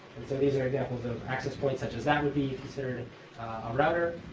so these are examples of access points such as that would be considered a router